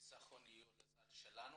שהניצחון יהיה לצידנו